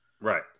right